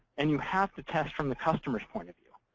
and you have to test from the customer's point of view.